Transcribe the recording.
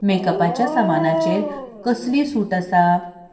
मेकअपाच्या सामानाचेर कसली सूट आसा